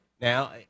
Now